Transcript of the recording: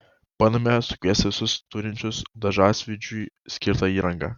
bandome sukviesti visus turinčius dažasvydžiui skirtą įrangą